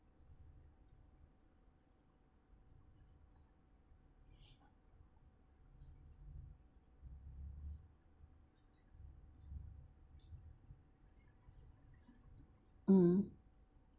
mm